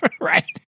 right